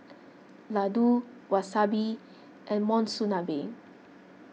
Ladoo Wasabi and Monsunabe